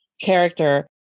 character